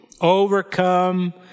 Overcome